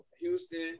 Houston